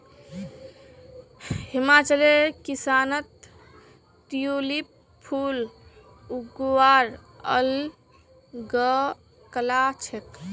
हिमाचलेर किसानत ट्यूलिप फूल उगव्वार अल ग कला छेक